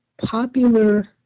popular